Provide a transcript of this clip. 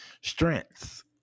Strengths